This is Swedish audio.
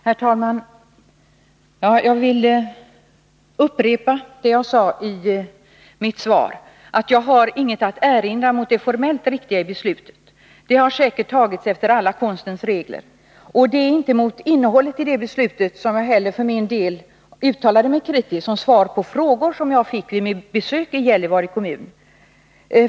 Herr talman! Jag vill upprepa vad jag sade i mitt svar, att kommunens beslut är formellt riktigt. Det har säkert tagits efter alla konstens regler. Och det var inte mot innehållet i det beslutet som jag uttalade mig kritiskt som svar på frågor som jag fick vid mitt besök i Gällivare kommun.